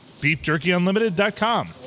BeefJerkyUnlimited.com